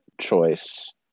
choice